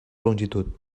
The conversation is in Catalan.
longitud